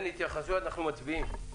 אנחנו מצביעים.